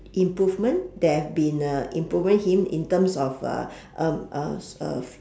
improvement there have been uh improving him in terms of uh um uh uh